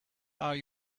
are